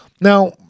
Now